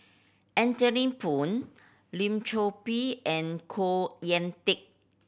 Anthony Poon Lim Chor Pee and Khoo Teik